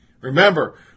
Remember